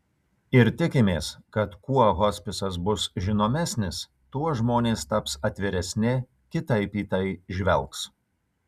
ir tikimės kad kuo hospisas bus žinomesnis tuo žmonės taps atviresni kitaip į tai žvelgs